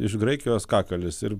iš graikijos kakalis ir